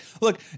look